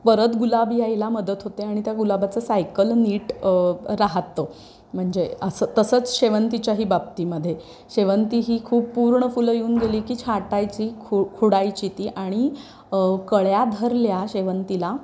परत गुलाब यायला मदत होते आणि त्या गुलाबाचं सायकल नीट राहतं म्हणजे असं तसंच शेवंतीच्या ही बाबतीमध्ये शेवंती ही खूप पूर्ण फुलं येऊन गेली की छाटायची खु खुडायची ती आणि कळ्या धरल्या शेवंतीला